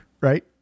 right